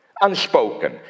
unspoken